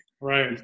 right